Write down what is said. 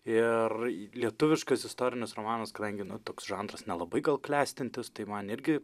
ir lietuviškas istorinis romanas kadangi na toks žanras nelabai gal klestintis tai man irgi